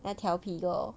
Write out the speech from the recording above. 那调皮 lor